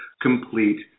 complete